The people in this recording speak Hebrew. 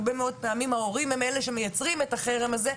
הרבה מאוד פעמים ההורים הם אלה שמייצרים את החרם הזה.